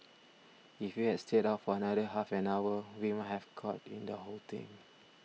if we had stayed out for another half an hour we might have caught in the whole thing